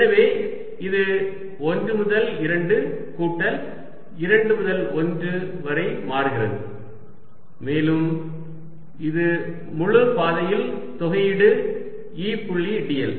எனவே இது 1 முதல் 2 கூட்டல் 2 முதல் 1 வரை மாறுகிறது மேலும் இது முழு பாதையில் தொகையீடு E புள்ளி dl